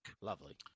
Lovely